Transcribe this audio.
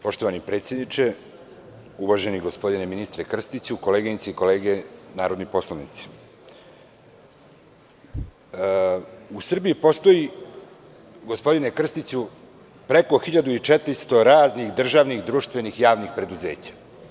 Poštovani predsedniče, uvaženi gospodine ministre Krstiću, koleginice i kolege narodni poslanici, u Srbiji postoji, gospodine Krstiću, preko 1.400 raznih državnih društvenih javnih preduzeća.